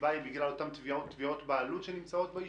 הסיבה היא בגלל אותן תביעות בעלות בנמצאות ביישובים?